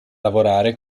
lavorare